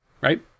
Right